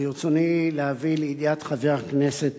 ברצוני להביא לידיעת חבר הכנסת